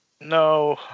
no